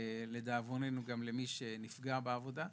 לדאבוננו למי שנפגע בעבודה.